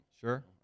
sure